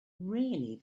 really